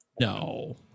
No